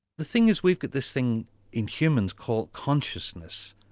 the thing is we've got this thing in humans called consciousness,